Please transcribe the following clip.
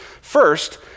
First